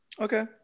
Okay